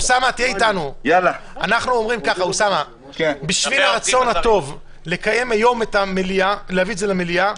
אנחנו אומרים ככה: בשביל הרצון הטוב להביא את זה למליאה -- היום?